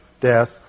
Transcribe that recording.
death